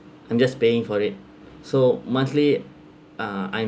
I'm just paying for it so monthly uh I'm